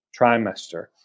trimester